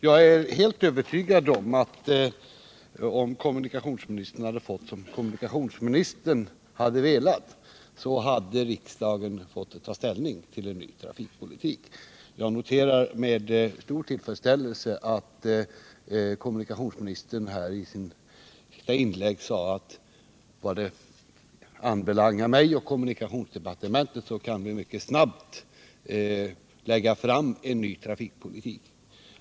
Jag är också helt övertygad om att om kommunikationsministern hade fått som han hade velat, så hade riksdagen fått ta ställning till en ny trafikpolitik redan nu. Jag noterar med stor tillfredsställelse att kommunikationsministern i sitt senaste inlägg sade att vad honom och kommunikationsdepartementet anbelangade så skulle man mycket snabbt kunna lägga fram en proposition om en ny trafikpolitik.